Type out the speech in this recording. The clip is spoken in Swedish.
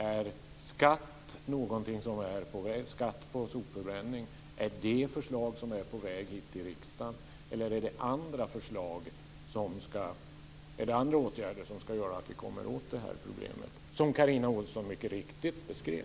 Är ett förslag om skatt på sopförbränning på väg hit till riksdagen, eller ska det vidtas andra åtgärder för att vi ska komma åt det här problemet, som Carina Ohlsson mycket riktigt beskrev?